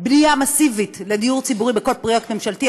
בנייה מסיבית לדיור ציבורי בכל פרויקט ממשלתי,